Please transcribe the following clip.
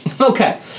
Okay